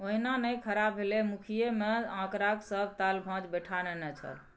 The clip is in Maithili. ओहिना नै खड़ा भेलै मुखिय मे आंकड़ाक सभ ताल भांज बैठा नेने छल